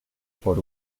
por